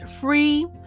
Free